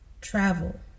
Travel